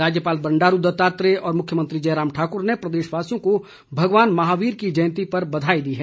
राज्यपाल बंडारू दत्तात्रेय और मुख्यमंत्री जयराम ठाकुर ने प्रदेशवासियों को भगवान महावीर की जयंती पर बधाई दी है